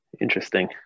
Interesting